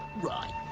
right